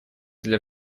для